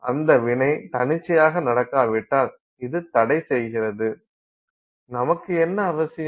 அந்த வினை தன்னிச்சையாக நடக்கவிடாமல் இது தடை செய்கிறது நமக்கு என்ன அவசியம்